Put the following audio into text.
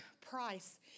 Price